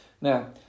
Now